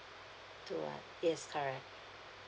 two one yes correct